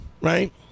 Right